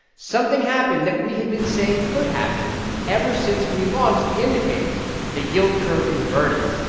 something happened that we had been saying could happen ever since we launched the indicator the yield curve inverted.